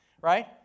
right